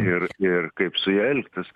ir ir kaip su ja elgtis